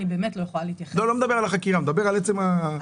אני מדבר על עצם העניין.